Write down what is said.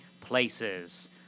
places